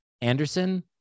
Anderson